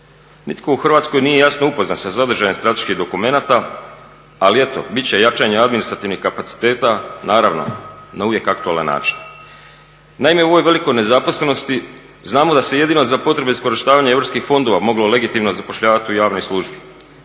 Nitko u Hrvatskoj nije jasno upoznat sa sadržajem strateških dokumenata ali eto bit će jačanje administrativnih kapaciteta, naravno na uvijek aktualan način. Naime, u ovoj velikoj nezaposlenosti znamo da se jedino za potrebe iskorištavanja europskih fondova moglo legitimno zapošljavati u javnoj službi.